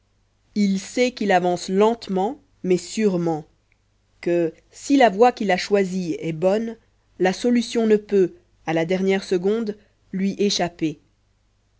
il sait qu'il avance lentement mais sûrement que si la voie qu'il a choisie est bonne la solution ne peut à la dernière seconde lui échapper